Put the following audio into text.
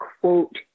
quote